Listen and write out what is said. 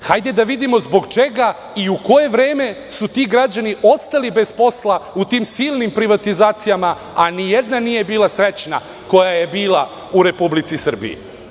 Hajde da vidimo zbog čega, i u koje vreme su ti građani ostali bez posla u tim silnim privatizacijama, a nijedna nije bila srećna, koja je bila u Republici Srbiji.